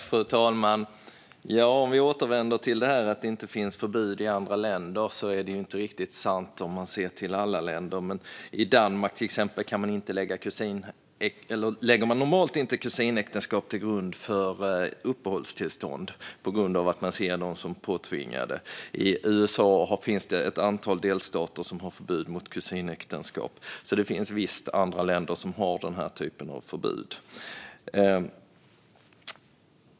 Fru talman! Jag återvänder till detta att det inte finns förbud i andra länder. Det är ju inte riktigt sant om man ser till alla länder. I till exempel Danmark lägger man normalt inte kusinäktenskap till grund för uppehållstillstånd eftersom man ser dem som påtvingade, och i USA finns det ett antal delstater som har förbud mot kusinäktenskap. Det finns alltså visst andra länder som har den här typen av förbud.